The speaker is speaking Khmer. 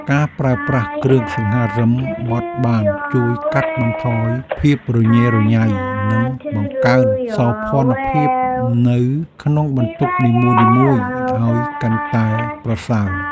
ការប្រើប្រាស់គ្រឿងសង្ហារិមបត់បានជួយកាត់បន្ថយភាពញ៉េរញ៉ៃនិងបង្កើនសោភ័ណភាពនៅក្នុងបន្ទប់នីមួយៗឱ្យកាន់តែប្រសើរ។